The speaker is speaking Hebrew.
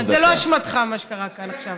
זה לא אשמתך, מה שקרה כאן עכשיו.